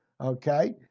Okay